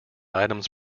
items